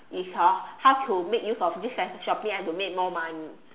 is hor how to make use of this shopping I have to make more money